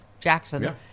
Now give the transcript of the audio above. jackson